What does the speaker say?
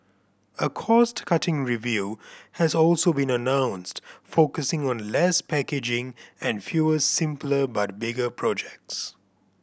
a cost cutting review has also been announced focusing on less packaging and fewer simpler but bigger projects